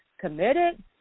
committed